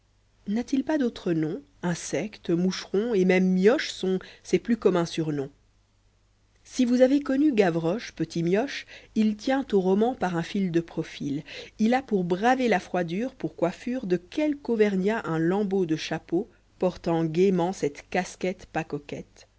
t-il pas d'autres noms insectes moucherons et même mioches sont ses plus communs surnoms l i si vous avez connu gavroche petit mioche il tient au roman par un fil de profil il a pour braver la froidure pour coiffure de quelqu'auvergnat un lambeau dechapeaui portant gatment cette casquette v pas coquette